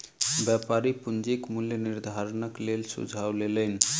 व्यापारी पूंजीक मूल्य निर्धारणक लेल सुझाव लेलैन